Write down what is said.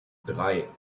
drei